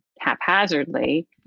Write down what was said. haphazardly